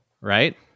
Right